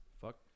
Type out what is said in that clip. Fuck